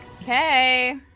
Okay